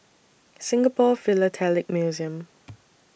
Singapore Philatelic Museum